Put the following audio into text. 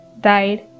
died